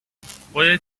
خودت